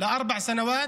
לארבע שנים,